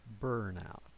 burnout